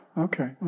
Okay